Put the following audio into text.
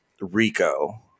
rico